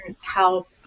help